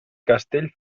castell